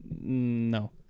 No